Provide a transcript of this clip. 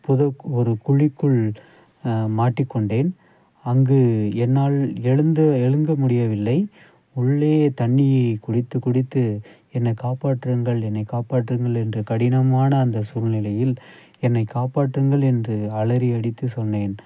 புது ஒரு குழிக்குள் மாட்டிக்கொண்டேன் அங்கு என்னால் எழுந்து எழுங்க முடியவில்லை உள்ளே தண்ணியை குடித்து குடித்து என்னை காப்பாற்றுங்கள் என்னை காப்பாற்றுங்கள் என்று கடினமான அந்த சூழ்நிலையில் என்னை காப்பாற்றுங்கள் என்று அலறி அடித்து சொன்னேன்